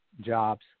jobs